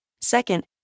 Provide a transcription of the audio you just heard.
Second